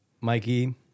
Mikey